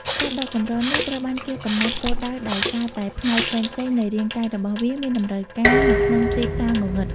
សត្វដ៏កម្រនេះត្រូវបានគេកំណត់គោលដៅដោយសារតែផ្នែកផ្សេងៗនៃរាងកាយរបស់វាមានតម្រូវការនៅក្នុងទីផ្សារងងឹត។